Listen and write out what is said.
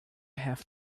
have